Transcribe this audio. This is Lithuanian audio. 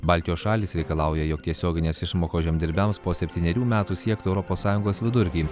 baltijos šalys reikalauja jog tiesioginės išmokos žemdirbiams po septynerių metų siektų europos sąjungos vidurkį